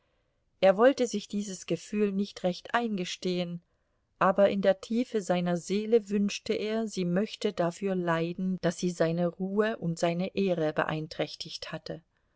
er wollte sich dieses gefühl nicht recht eingestehen aber in der tiefe seiner seele wünschte er sie möchte dafür leiden daß sie seine ruhe und seine ehre beeinträchtigt hatte